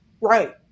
Right